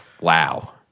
Wow